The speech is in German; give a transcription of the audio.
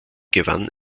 gewann